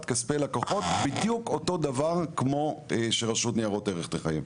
כספי לקוחות בדיוק אותו דבר כמו שרשות ניירות ערך תחייב.